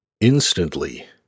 Instantly